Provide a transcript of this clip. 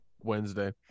Wednesday